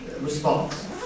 response